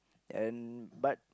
and but